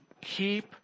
Keep